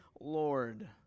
Lord